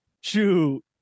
Shoot